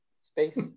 space